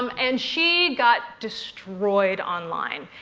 um and she got destroyed online.